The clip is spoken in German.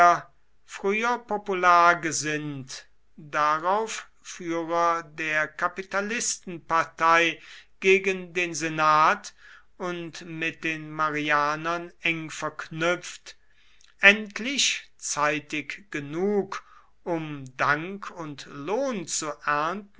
früher popular gesinnt darauf führer der kapitalistenpartei gegen den senat und mit den marianern eng verknüpft endlich zeitig genug um dank und lohn zu ernten